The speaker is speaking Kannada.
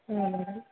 ಹಾಂ ಮೇಡಮ್